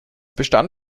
bestand